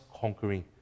conquering